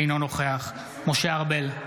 אינו נוכח משה ארבל,